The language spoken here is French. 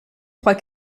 trois